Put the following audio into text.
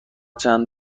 چند